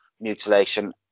mutilation